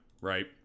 right